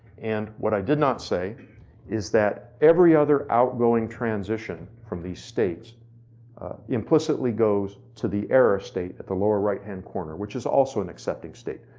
and what i did not say is that every other outgoing transition from these states implicitly goes to the error state at the lower right-hand corner, which is also an accepting state.